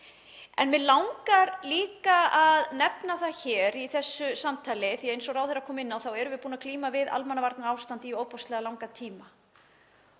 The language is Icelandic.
Mig langar líka að nefna það hér í þessu samtali, því eins og ráðherra kom inn á þá erum við búnir að glíma við almannavarnaástand í ofboðslega langan tíma,